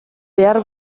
behar